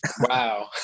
Wow